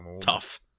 Tough